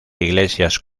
iglesias